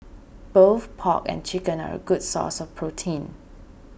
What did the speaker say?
both pork and chicken are a good source of protein